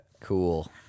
Cool